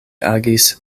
agis